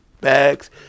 bags